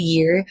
Year